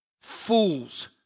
fools